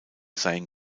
seien